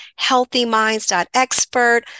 HealthyMinds.expert